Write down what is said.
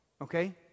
okay